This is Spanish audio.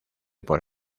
por